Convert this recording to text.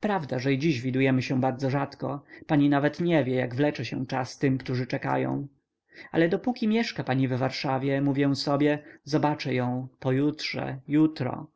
prawda że i dziś widujemy się bardzo rzadko pani nawet nie wie jak wlecze się czas tym którzy czekają ale dopóki mieszka pani w warszawie mówię sobie zobaczę ją pojutrze jutro